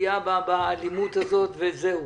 העלייה באלימות הזאת וזהו?